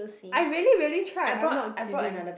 I really really tried I'm not kidding